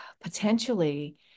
potentially